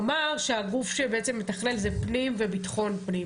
שחיים תמם דיבר עליהן קודם אם יש משהו שחשוב שהבניין הזה יעזור לנו,